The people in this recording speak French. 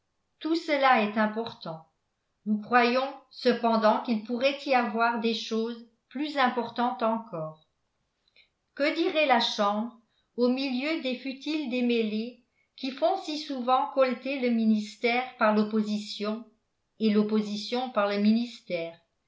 tout cela est important nous croyons cependant qu'il pourrait y avoir des choses plus importantes encore que dirait la chambre au milieu des futiles démêlés qui font si souvent colleter le ministère par l'opposition et l'opposition par le ministère